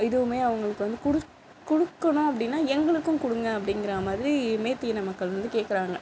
இதுவுமே அவர்களுக்கு வந்து குடுக் கொடுக்கணும் அப்படினா எங்களுக்கும் கொடுங்க அப்படிங்கற மாதிரி மைத்தி இன மக்கள் வந்து கேட்குறாங்க